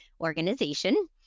organization